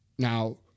Now